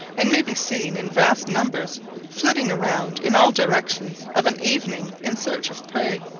and may be seen in vast numbers flitting around in all directions of an evening in search of prey.